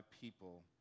people